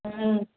ம்